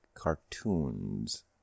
cartoons